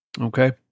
Okay